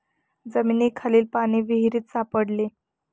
जमिनीखालील पाणी विहिरीत सापडते